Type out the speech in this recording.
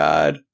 God